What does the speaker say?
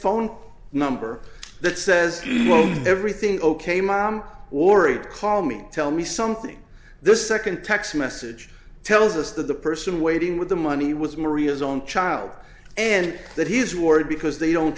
phone number that says everything ok mom worried call me tell me something this second text message tells us that the person waiting with the money was maria's own child and that he's worried because they don't